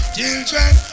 Children